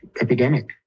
epidemic